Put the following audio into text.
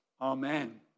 Amen